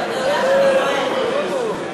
זה לא היה מפריע לך.